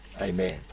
amen